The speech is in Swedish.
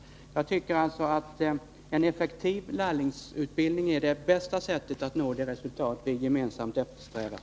Jag tycker alltså att en effektiv lärlingsutbildning är det bästa sättet att uppnå det resultat som vi gemensamt eftersträvar.